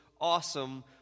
awesome